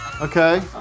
okay